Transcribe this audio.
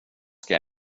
ska